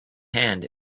hand